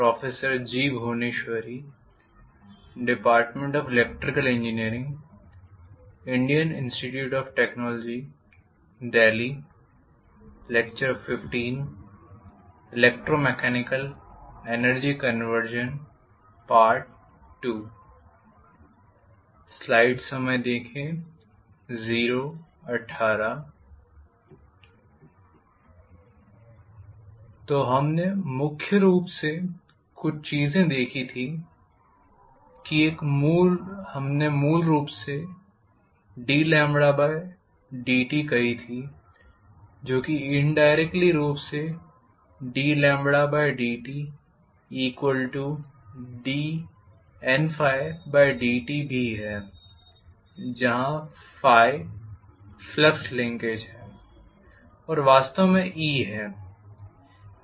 तो हमने मुख्य रूप से कुछ चीजें देखी थी कि एक हमने मूल रूप से ddt कही थी जो कि इनडाइरेक्ट्ली ddtdNdtरूप से भी है जहां फ्लक्स लिंकेज है वास्तव में e है